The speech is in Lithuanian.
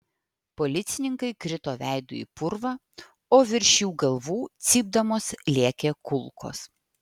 policininkai krito veidu į purvą o virš jų galvų cypdamos lėkė kulkos